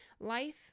Life